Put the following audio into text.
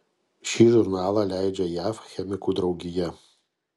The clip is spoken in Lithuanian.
šį žurnalą leidžia jav chemikų draugija